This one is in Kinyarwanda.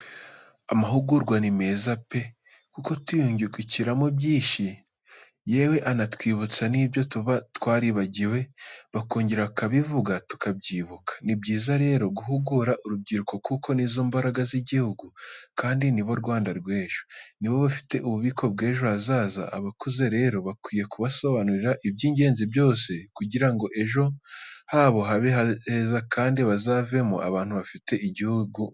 Amahugurwa ni meza pe kuko tuyungukiramo byinshi yewe anatwibutsa n'ibyo tuba twaribagiwe, bakongera bakabivuga tukabyibuka. Ni byiza rero guhugura urubyiruko kuko ni zo mbaraga z'igihugu kandi ni bo Rwanda rw'ejo. Ni bo bafite ububiko bw'ejo hazaza, abakuze rero bakwiye kubasobanurira iby'ingenzi byose, kugira ngo ejo habo habe heza kandi bazavemo abantu bafitiye igihugu umumaro.